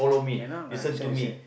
cannot lah that's why I said